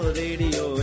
radio